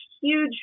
huge